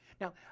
Now